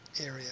area